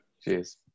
cheers